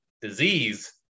disease